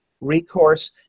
recourse